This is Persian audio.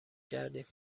کردیم